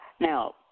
Now